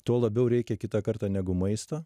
to labiau reikia kitą kartą negu maisto